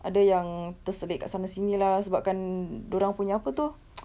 ada yang terselit dekat sana sini lah sebab kan dia orang punya apa itu